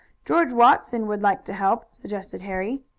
george watson would like to help, suggested harry.